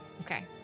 Okay